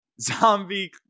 Zombie